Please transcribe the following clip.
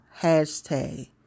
Hashtag